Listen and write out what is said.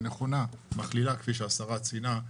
מכלילה כפי שהשרה ציינה,